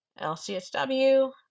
LCSW